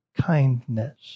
kindness